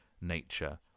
nature